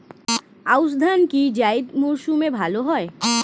আউশ ধান কি জায়িদ মরসুমে ভালো হয়?